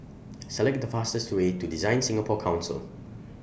Select The fastest Way to DesignSingapore Council